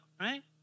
right